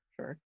sure